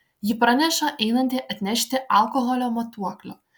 ji praneša einanti atnešti alkoholio matuoklio